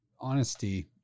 honesty